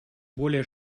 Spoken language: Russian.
более